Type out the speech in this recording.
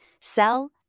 sell